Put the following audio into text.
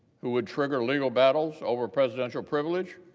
who would trigger legal battles over presidential privilege,